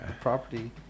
property